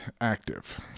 active